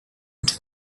into